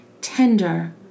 tender